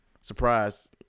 Surprise